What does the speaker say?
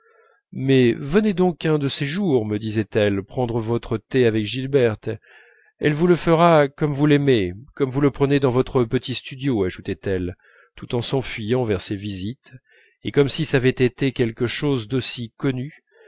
mais venez donc un de ces jours me disait-elle prendre votre thé avec gilberte elle vous le fera comme vous l'aimez comme vous le prenez dans votre petit studio ajoutait-elle tout en s'enfuyant vers ses visites et comme si ç'avait été quelque chose d'aussi connu